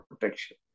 protection